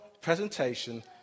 presentation